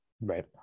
Right